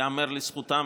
ייאמר לזכותם,